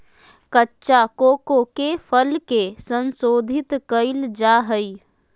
कच्चा कोको के फल के संशोधित कइल जा हइ